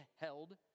held